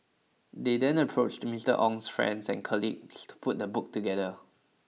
they then approached Mister Ong's friends and colleagues to put the book together